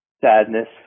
sadness